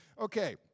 Okay